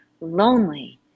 lonely